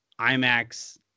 IMAX